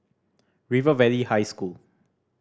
River Valley High School